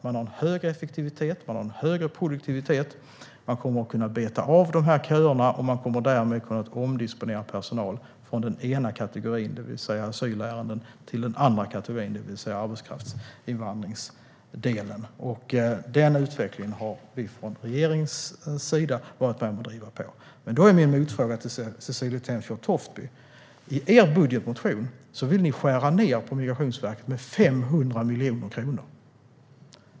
Man har en högre effektivitet, man har en högre produktivitet, man kommer att kunna beta av köerna och man kommer därmed att kunna omdisponera personal från den ena kategorin, det vill säga asylärenden, till den andra kategorin, det vill säga arbetskraftsinvandringsdelen. Denna utveckling har vi från regeringens sida varit med om att driva på. Jag har en motfråga till Cecilie Tenfjord-Toftby. I er budgetmotion vill ni skära ned på Migrationsverket med 500 miljoner kronor.